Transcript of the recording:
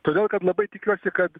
todėl kad labai tikiuosi kad